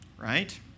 right